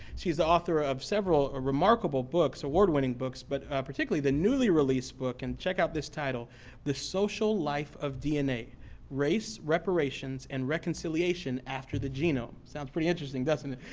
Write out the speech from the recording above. she's the author of several ah remarkable books, award winning books but particularly the newly released book. and check out this title the social life of dna race, reparations, and reconciliation after the genome. sounds pretty interesting, doesn't it?